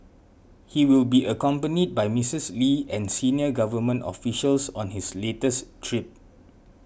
he will be accompanied by Mrs Lee and senior government officials on his latest trip